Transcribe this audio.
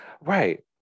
Right